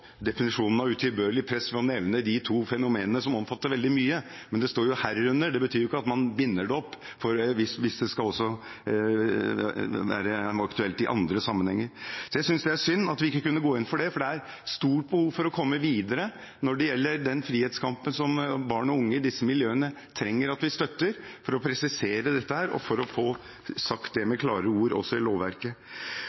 definisjonen av «utilbørlig press» ved å nevne de to fenomenene som omfatter veldig mye, men det står «herunder», og det betyr jo ikke at man binder det opp, hvis det også skal være aktuelt i andre sammenhenger. Jeg synes det er synd at vi ikke kunne gå inn for det, for det er stort behov for å komme videre når det gjelder den frihetskampen som barn og unge i disse miljøene trenger at vi støtter, og for å presisere dette og få sagt det